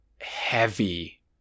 heavy